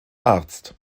arzt